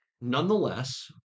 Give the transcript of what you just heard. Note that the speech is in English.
nonetheless